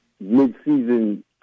mid-season